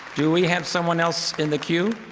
do we have someone else in the cue?